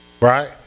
right